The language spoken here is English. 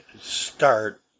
start